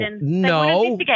no